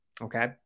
okay